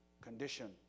condition